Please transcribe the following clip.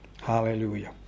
Hallelujah